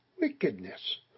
wickedness